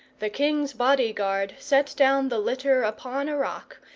the king's body-guard set down the litter upon a rock,